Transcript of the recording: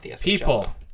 people